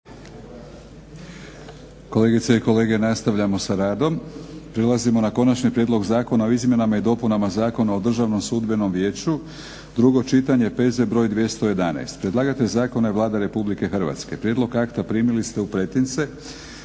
Kolegice i kolege, nastavljamo sa radom. Prelazimo na: - Konačni prijedlog Zakona o izmjenama i dopunama Zakona o Državnom sudbenom vijeću, drugo čitanje, P.Z. br. 211. Predlagatelj zakona je Vlada Republike Hrvatske. Prijedlog akta primili ste u pretince.